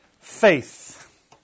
faith